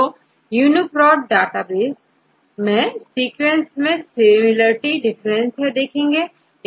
तो UniProtडेटाबेस मैं सीक्वेंसेस में सिमिलरिटी डिफरेंस है देखेंगे